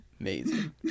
Amazing